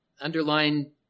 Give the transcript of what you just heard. Underline